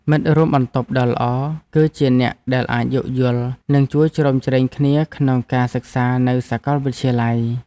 មិត្តរួមបន្ទប់ដ៏ល្អគឺជាអ្នកដែលអាចយោគយល់ និងជួយជ្រោមជ្រែងគ្នាក្នុងការសិក្សានៅសាកលវិទ្យាល័យ។